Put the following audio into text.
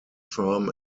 firm